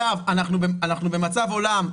אנחנו במצב עולם,